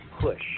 Push